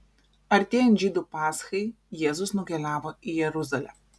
artėjant žydų paschai jėzus nukeliavo į jeruzalę